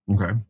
Okay